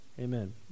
Amen